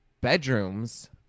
bedrooms